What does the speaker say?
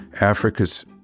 Africa's